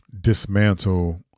dismantle